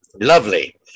lovely